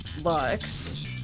Lux